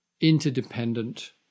interdependent